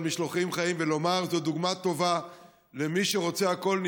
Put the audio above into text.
משלוחים חיים ולומר שזו דוגמה טובה לכך שמי שרוצה הכול,